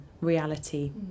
reality